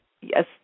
Yes